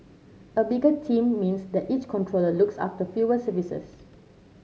a bigger team means that each controller looks after fewer services